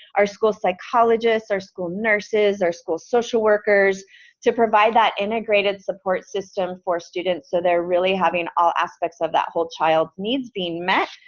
our school psychologists or school nurses or school social workers to provide that integrated support system for students so they're really having all aspects of that whole child's needs being met.